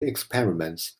experiments